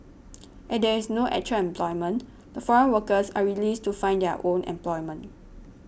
at there is no actual employment the foreign workers are released to find their own employment